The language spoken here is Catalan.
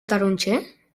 taronger